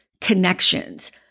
Connections